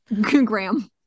Graham